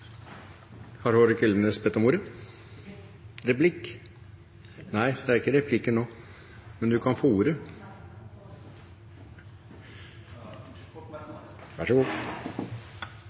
Har Hårek Elvenes bedt om ordet? Replikk. Replikk? Nei, det er ikke replikker nå, men Hårek Elvenes kan få ordet